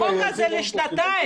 החוק הזה הוא לשנתיים.